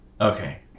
okay